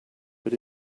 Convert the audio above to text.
but